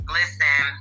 listen